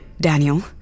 Daniel